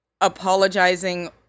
Apologizing